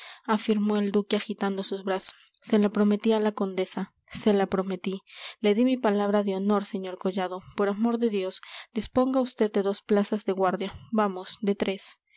afirmó el duque agitando los brazos se la prometí a la condesa se la prometí le di mi palabra de honor sr collado por amor de dios disponga usted de dos plazas de guardia vamos de tres